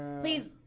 please